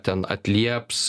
ten atlieps